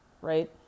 right